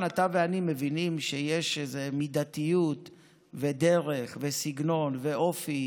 אתה ואני מבינים שיש איזו מידתיות ודרך וסגנון ואופי